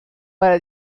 para